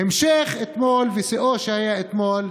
וההמשך, השיא היה אתמול,